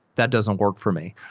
that doesn't work for me.